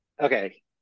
okay